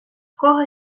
кого